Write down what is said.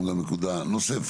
בל יימצא ובל יראה,